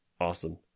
awesome